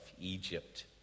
Egypt